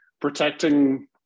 protecting